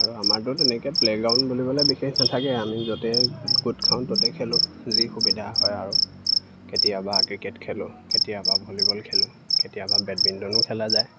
আৰু আমাৰতো তেনেকে প্লে গ্ৰাউণ্ড বুলিবলে বিশেষ নাথাকে আমি য'তে গোট খাওঁ ত'তে খেলোঁ যি সুবিধা হয় আৰু কেতিয়াবা ক্ৰিকেট খেলোঁ কেতিয়াবা ভলীবল খেলোঁ কেতিয়াবা বেডমিণ্টনো খেলা যায়